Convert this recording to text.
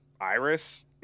iris